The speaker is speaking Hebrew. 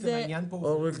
אז בעצם העניין פה הוא בריאותי.